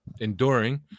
enduring